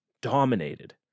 dominated